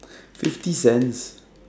fifty cents